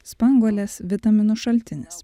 spanguolės vitaminų šaltinis